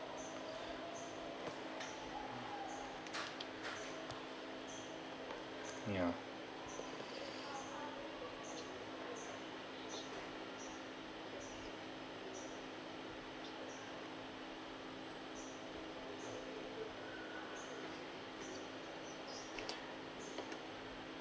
ya